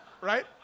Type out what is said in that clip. Right